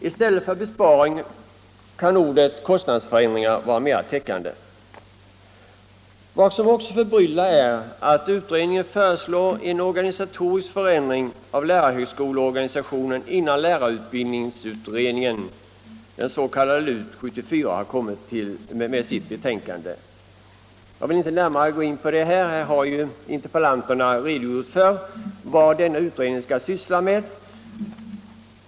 I stället för besparingar kan ordet kostnadsförändringar vara mer täckande. Vad som också förbryllar är att utredningen föreslår en organisatorisk förändring av lärarhögskoleorganisationen innan lärarutbildningsutredningen, den s.k. LUT 74, har lagt fram sitt betänkande. Jag vill inte närmare gå in på det, eftersom interpellanterna har redogjort för vad denna utredning skall syssla med.